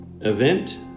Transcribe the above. event